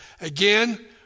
Again